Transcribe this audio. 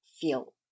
feel